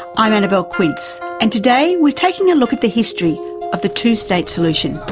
i'm annabelle quince and today we're taking a look at the history of the two-state solution.